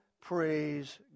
praise